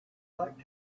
luck